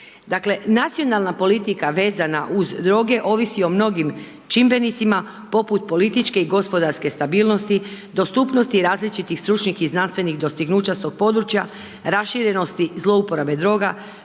Dakle, nacionalna politika vezana uz droge ovisi o mnogim čimbenicima, poput političke i gospodarske stabilnosti, dostupnosti različitih stručnih i znanstvenih dostignuća s tog područja, raširenosti, zlouporabe droga,